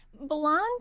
blonde